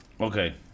Okay